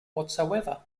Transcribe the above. whatsoever